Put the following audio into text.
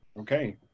okay